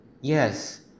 Yes